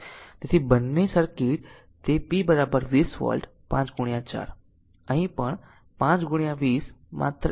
તેથી બંને સર્કિટ તે છે p 20 વોટ 5 4 અહીં પણ 5 20 માત્ર એક જ વસ્તુ છે